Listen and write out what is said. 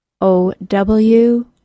O-W